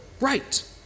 right